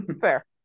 Fair